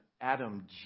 Adam